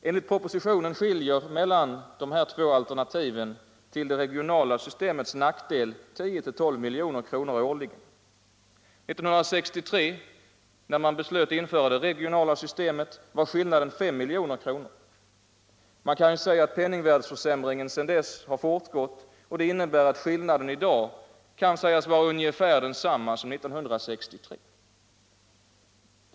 Enligt propositionen skiljer det mellan de här två alternativen, till det regionala systemets nackdel, 10-12 milj.kr. årligen. 1963, när man beslöt införa det regionala systemet, var skillnaden 5 milj.kr. Penningvärdeförsämringen sedan dess innebär att skillnaden i dag kan sägas vara ungefär densamma som 1963.